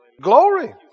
Glory